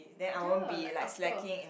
ya like after